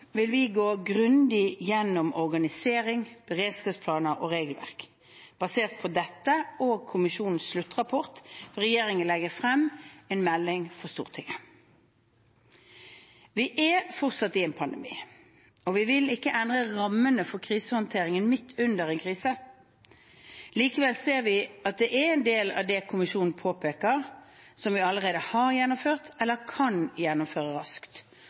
vil vi gå grundig gjennom organisering, beredskapsplaner og regelverk. Basert på dette og kommisjonens sluttrapport vil regjeringen legge frem en melding for Stortinget. Vi er fortsatt i en pandemi, og vi vil ikke endre rammene for krisehåndteringen midt under en krise. Likevel ser vi at det er en del av det kommisjonen påpeker, som vi allerede har gjennomført, eller kan gjennomføre raskt.